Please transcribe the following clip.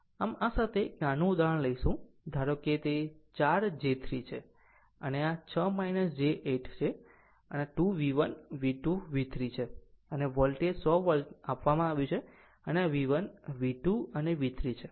આમ આ સાથે એક નાનું ઉદાહરણ લઈશું ધારો કે તે 4 j 3 છે અને આ 6 j 8 અને 2 V1 V2 V3 છે અને વોલ્ટેજ 100 વોલ્ટને આપવામાં આવ્યું છે અને આ V1 V2 V3 છે